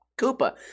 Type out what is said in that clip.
Koopa